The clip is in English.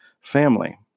family